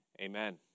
amen